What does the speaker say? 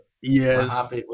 Yes